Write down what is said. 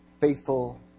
Faithful